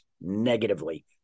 negatively